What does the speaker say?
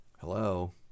Hello